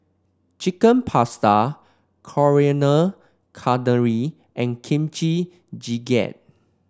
Chicken Pasta Coriander and Kimchi Jjigae